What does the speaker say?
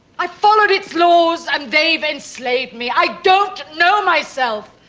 i followed its laws and they've enslaved me. i don't know myself.